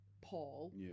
Paul